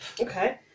Okay